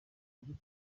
ariko